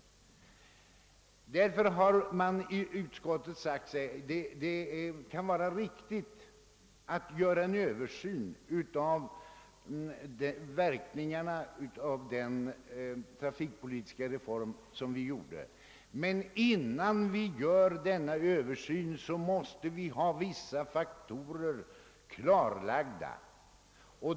I utskottet har man sagt sig att det kan vara riktigt att göra en översyn av verkningarna av den trafikpolitiska reform som 1963 genomförts, men innan vi gör denna översyn måste vi ha vissa faktorer klarlagda.